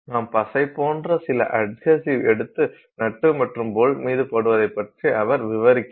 நாம் பசை போன்ற சில அட்கசிவ் எடுத்து நட்டு மற்றும் போல்ட் மீது போடுவதை பற்றி அவர் விவரிக்கிறார்